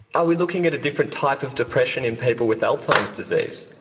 are we looking at a different type of depression in people with alzheimer's disease?